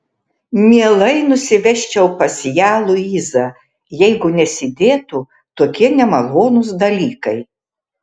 mielai nusivežčiau pas ją luizą jeigu nesidėtų tokie nemalonūs dalykai